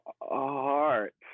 Art